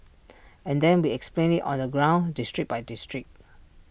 and then we explained IT on the ground district by district